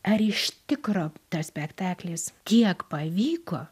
ar iš tikro tas spektaklis tiek pavyko